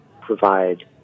provide